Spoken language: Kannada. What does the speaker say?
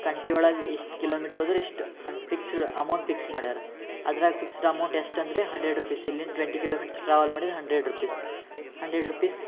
ಗಂಟೆ ಒಳಗೆ ಇಷ್ಟು ಕಿಲೋಮೀಟ್ರ್ ಹೋದರೆ ಇಷ್ಟು ಹನ್ ಫಿಕ್ಸಡ್ ಅಮೌಂಟ್ ಫಿಕ್ಸ್ ಮಾಡ್ಯಾರ ಅದ್ರಾಗ ಫಿಕ್ಸಡ್ ಅಮೌಂಟ್ ಎಷ್ಟು ಅಂದರೆ ಹಂಡ್ರೆಡ್ ರುಪೀಸ್ ಇಲ್ಲಿಂದ ಟ್ವೆಂಟಿ ಕಿಲೋಮೀಟ್ರ್ಸ್ ಟ್ರಾವಲ್ ಮಾಡಿದ್ರೆ ಹಂಡ್ರೆಡ್ ರುಪೀಸ್ ಹಂಡ್ರೆಡ್ ರುಪೀಸ್